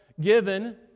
given